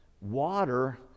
Water